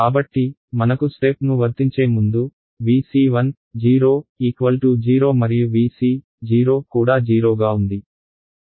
కాబట్టి మనకు స్టెప్ ను వర్తించే ముందు Vc10 మరియు Vc కూడా 0 గా ఉంది